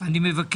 הוא נחשב